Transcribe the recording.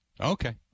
Okay